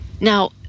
Now